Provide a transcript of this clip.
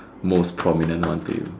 most prominent one to you